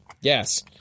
Yes